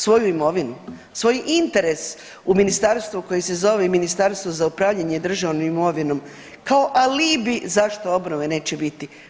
Svoju imovinu, svoj interes u ministarstvu koje se zove i Ministarstvo za upravljanje državnom imovinom kao alibi zašto obnove neće biti.